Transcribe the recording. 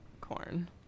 Corn